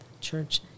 church